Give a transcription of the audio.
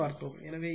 எனவே இது 432